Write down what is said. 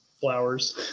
flowers